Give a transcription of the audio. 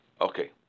Okay